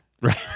Right